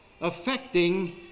affecting